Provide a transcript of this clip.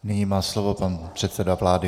Nyní má slovo pan předseda vlády.